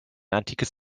antikes